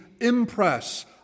impress